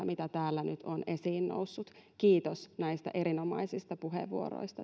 mitä täällä nyt on esiin noussut kiitos näistä erinomaisista puheenvuoroista